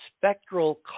spectral